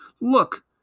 Look